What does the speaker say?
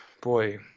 boy